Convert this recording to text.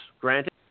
granted